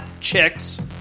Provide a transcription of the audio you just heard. chicks